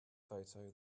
photo